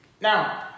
Now